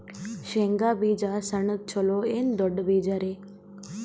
ಶೇಂಗಾ ಬೀಜ ಸಣ್ಣದು ಚಲೋ ಏನ್ ದೊಡ್ಡ ಬೀಜರಿ?